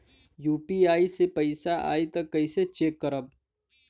UPI से पैसा आई त कइसे चेक करब?